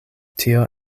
tio